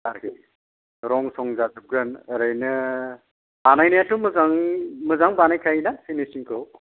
रं सं जाजोबगोन ओरैनो बानायनायाथ' मोजां मोजां बानायखायो दा ओरैनो फिनिसिंखौ